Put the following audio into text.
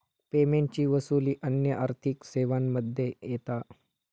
पेमेंटची वसूली अन्य आर्थिक सेवांमध्ये येता